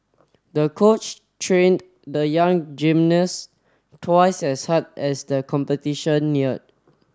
the coach trained the young gymnast twice as hard as the competition neared